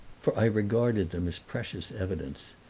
for i regarded them as precious evidence.